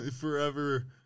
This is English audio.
forever